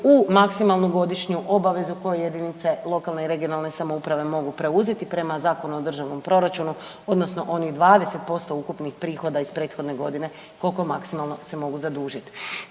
u maksimalnu godišnju obavezu koju jedinice lokalne i regionalne samouprave mogu preuzeti prema Zakonu o državnom proračunu odnosno onih 20% ukupnih prihoda iz prethodne godine, koliko maksimalno se mogu zadužit.